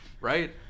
Right